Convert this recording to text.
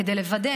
כדי לוודא